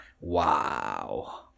Wow